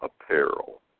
apparel